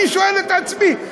אני שואל את עצמי.